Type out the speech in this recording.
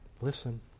Listen